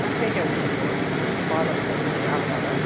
تۄہہِ کیٛاہ کیٛاہ اوٗسوٕ ضروٗرت پالک سۄ یِمَے اَلہٕ وَلہٕ